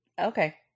okay